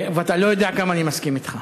ואתה לא יודע כמה אני מסכים אתך.